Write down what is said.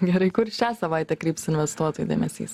gerai kur šią savaitę kryps investuotojų dėmesys